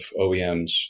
OEMs